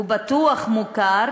הוא בטוח מוכר